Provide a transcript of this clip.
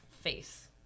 face